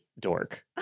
dork